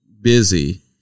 Busy